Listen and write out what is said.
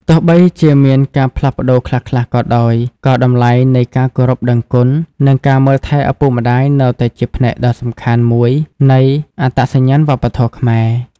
ទោះបីជាមានការផ្លាស់ប្តូរខ្លះៗក៏ដោយ ក៏តម្លៃនៃការគោរពដឹងគុណ និងការមើលថែឪពុកម្តាយនៅតែជាផ្នែកដ៏សំខាន់មួយនៃអត្តសញ្ញាណវប្បធម៌ខ្មែរ។